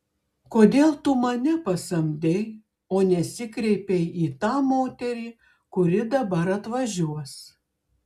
kodėl tu mane pasamdei o nesikreipei į tą moterį kuri dabar atvažiuos